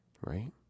Right